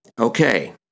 Okay